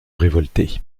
révolter